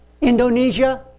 Indonesia